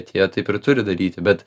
atėjo taip ir turi daryti bet